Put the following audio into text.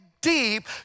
deep